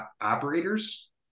operators